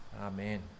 Amen